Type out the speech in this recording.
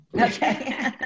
Okay